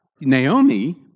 Naomi